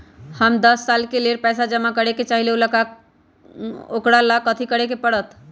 हम दस साल के लेल पैसा जमा करे के चाहईले, ओकरा ला कथि करे के परत?